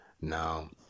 Now